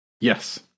Yes